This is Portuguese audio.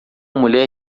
mulher